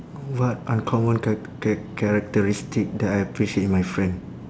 what uncommon cha~ cha~ characteristic that I appreciate in my friend